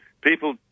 people